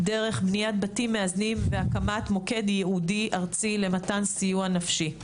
דרך בניית בתים מאזנים והקמת מוקד ייעודי ארצי למתן סיוע נפשי.